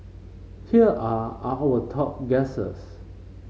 here are our top guesses